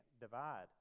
divide